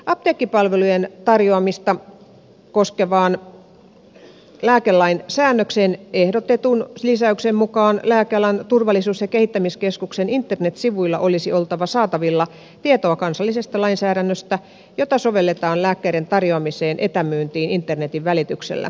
apteekkipalvelujen tarjoamista koskevaan lääkelain säännökseen ehdotetun lisäyksen mukaan lääkealan turvallisuus ja kehittämiskeskuksen internetsivuilla olisi oltava saatavilla tietoa kansallisesta lainsäädännöstä jota sovelletaan lääkkeiden tarjoamiseen etämyyntiin internetin välityksellä